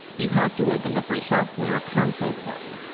you have to open the free software consoleplus.